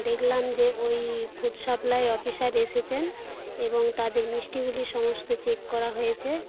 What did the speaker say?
দেখলাম যে ওই ফুড সাপ্লাই অফিসার এসেছেন এবং তাদের মিষ্টিগুলি সমস্ত চেক করা হয়েছে